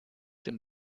dem